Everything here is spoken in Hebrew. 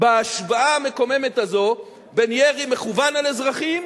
בהשוואה המקוממת הזאת בין ירי מכוון על אזרחים